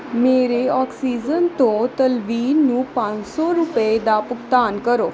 ਮੇਰੇ ਆਕਸੀਜਨ ਤੋਂ ਤਲਵੀਨ ਨੂੰ ਪੰਜ ਸੌ ਰੁਪਏ ਦਾ ਭੁਗਤਾਨ ਕਰੋ